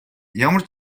ямар